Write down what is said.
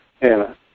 Anna